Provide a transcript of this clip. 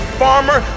farmer